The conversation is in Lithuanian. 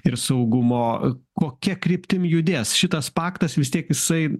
ir saugumo kokia kryptim judės šitas paktas vis tiek jisai